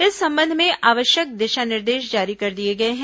इस संबंध में आवश्यक दिशा निर्देश जारी कर दिए गए हैं